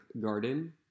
garden